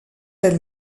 elle